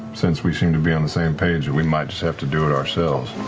since we seem to be on the same page, and we might just have to do it ourselves.